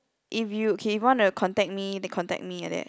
if you okay if you want to contact me then contact me like that